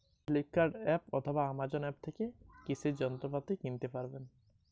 অনলাইনের কোন অ্যাপে ভালো কৃষির যন্ত্রপাতি কিনতে পারবো?